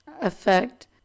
effect